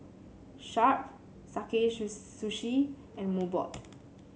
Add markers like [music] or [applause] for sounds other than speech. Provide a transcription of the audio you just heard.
Sharp Sakae [unintelligible] Sushi and Mobot